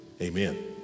Amen